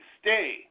stay